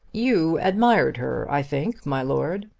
you admired her, i think, my lord.